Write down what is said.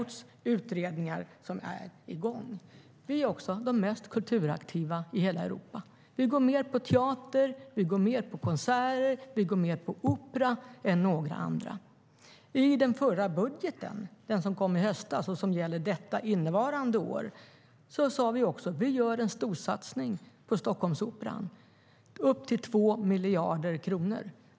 Vi skulle kunna nämna mycket mer. Vi är också de mest kulturaktiva i hela Europa. Vi går mer på teater, vi går mer på konserter och vi går mer på opera än några andra. I den förra budgeten, den som kom i höstas och som gäller innevarande år, sade vi också att vi gör en storsatsning på Stockholmsoperan på upp till 2 miljarder kronor.